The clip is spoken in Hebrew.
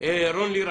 רון לירם,